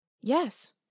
Yes